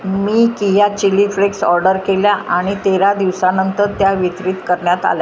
मी किया chilli flakes order केल्या आणि तेरा दिवसानंतर त्या वितरित करण्यात आल्या